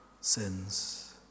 sins